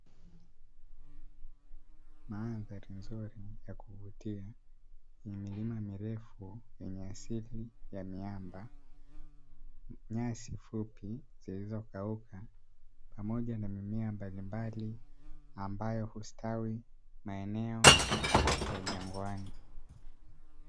Madhari nzuri ya kuvutia yenye milimamirefu, yenye asili ya miamba na nyasi fupi zilizogawika, pamoja na mimea mbalimbali ambayo hustawi maeneo ya jangwani.